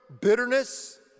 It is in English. bitterness